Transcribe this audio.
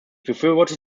befürworte